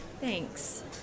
Thanks